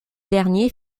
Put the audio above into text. dernier